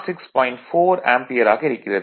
4 ampere ஆக இருக்கிறது